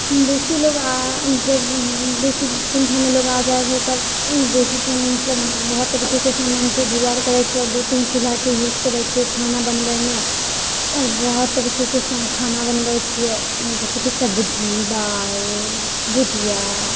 बेसी लोग जब बेसी सङ्ख्यामे लोग आ जाइ छै तब बेसीसँ मतलब बहुत तरीकेके सामानके जुगाड़ करै छियै आओर दू तीन चूल्हाके यूज करै छियै खाना बनबैमे आओर बहुत तरीकेके सामान खाना बनबै छियै जैसे कि सब्जी दालि भुजिया